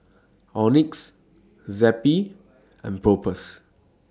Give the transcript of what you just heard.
Oxy Zappy and Propass